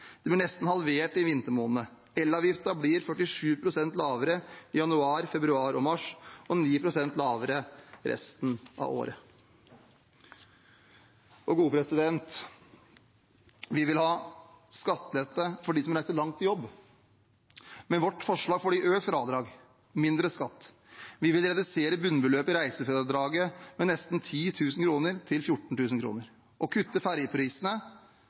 blir nesten halvert i vintermånedene – elavgiften blir 47 pst. lavere i januar, februar og mars – og 9 pst. lavere resten av året. Vi vil ha skattelette for dem som reiser langt til jobb. Med vårt forslag får de økt fradrag – mindre skatt. Vi vil redusere bunnbeløpet i reisefradraget med nesten 10 000 kr til 14 000 kr og kutte ferjeprisene